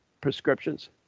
prescriptions